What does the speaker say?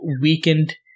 weakened